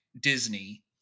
Disney